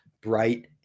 bright